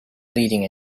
leading